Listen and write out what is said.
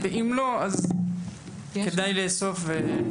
ואם לא, כדאי לאסוף.